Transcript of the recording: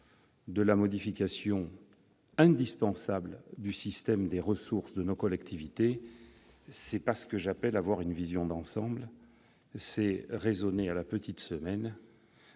de la modification indispensable du système des ressources de nos collectivités, ce n'est pas ce que j'appelle avoir une vision d'ensemble. C'est raisonner à la petite semaine,